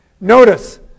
Notice